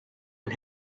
and